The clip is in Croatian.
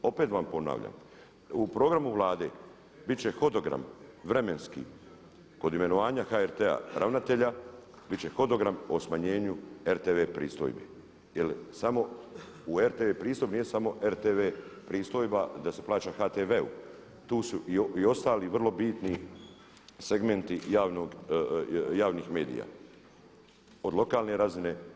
Opet vam ponavljam, u programu Vlade bit će hodogram vremenski kod imenovanja HRT-a ravnatelja, bit će hodogram o smanjenju RTV pristojbi jel samo u RTV pristojbi nije samo RTV pristojba da se plaća HTV-u. tu su i ostali vrlo bitni segmenti javnih medija od lokalne razine.